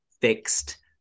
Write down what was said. fixed